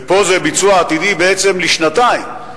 ופה זה ביצוע עתידי, בעצם, לשנתיים.